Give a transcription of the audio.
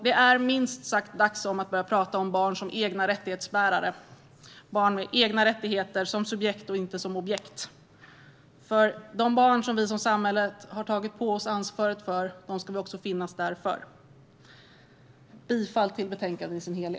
Det är minst sagt dags att börja tala om barn som egna rättighetsbärare - barn med egna rättigheter, som subjekt och inte objekt. De barn som vi som samhälle har tagit på oss ansvaret för ska vi också finnas där för. Jag yrkar bifall till utskottets förslag.